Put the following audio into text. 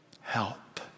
help